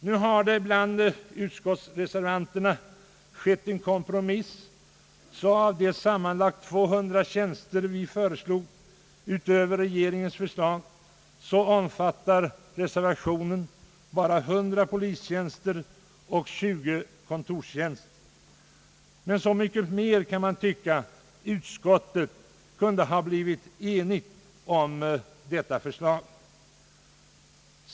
Nu har utskottsreservanterna träffat en kompromiss som innebär att medan vi föreslog sammanlagt 200 tjänster utöver regeringens förslag så omfattar reservationen bara 100 polistjänster och 25 kontorstjänster. Men så mycket mer kan man då tycka att utskottet kunde ha blivit enigt om detta förslag.